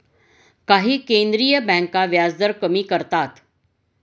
काही केंद्रीय बँका व्याजदर कमी करतात